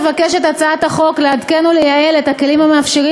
מבקשת הצעת החוק לעדכן ולייעל את הכלים המאפשרים